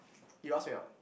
you ask already not